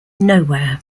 nowhere